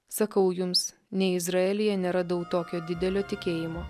sakau jums nei izraelyje neradau tokio didelio tikėjimo